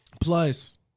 Plus